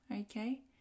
okay